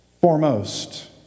foremost